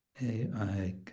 AI